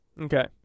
Okay